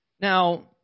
Now